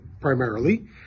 primarily